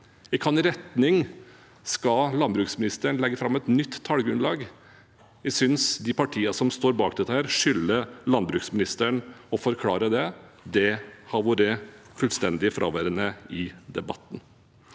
I hvilken retning skal landbruksministeren legge fram et nytt tallgrunnlag? Jeg synes de partiene som står bak dette, skylder landbruksministeren å forklare det. Det har vært fullstendig fraværende i debatten.